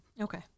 Okay